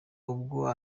ubwo